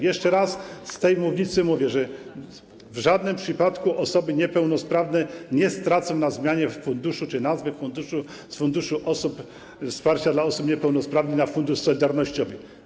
Jeszcze raz z tej mównicy mówię, że w żadnym przypadku osoby niepełnosprawne nie stracą na zmianie nazwy funduszu, z Solidarnościowego Funduszu Wsparcia dla Osób Niepełnosprawnych na Fundusz Solidarnościowy.